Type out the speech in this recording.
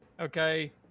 okay